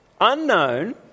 Unknown